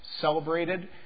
celebrated